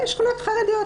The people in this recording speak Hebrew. אלה שכונות חרדיות,